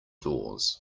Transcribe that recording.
doors